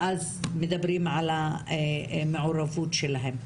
ואז מדברים על מעורבות שלהם.